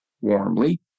warmly